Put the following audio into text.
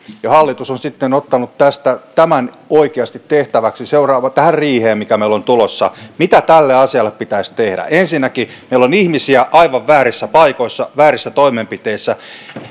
ja hallitus on sitten ottanut tämän oikeasti tehtäväksi tähän riiheen mikä meillä on tulossa mitä tälle asialle pitäisi tehdä ensinnäkin meillä on ihmisiä aivan väärissä paikoissa väärissä toimenpiteissä